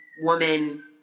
woman